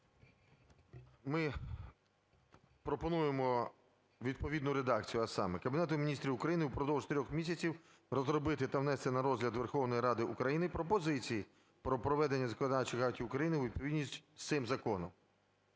Ми пропонуємо відповідну редакцію, а саме: "Кабінетові Міністрів України упродовж трьох місяців розробити та внести на розгляд Верховної Ради України пропозиції про приведення законодавчих актів України у відповідність з цим законом".